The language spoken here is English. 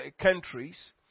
countries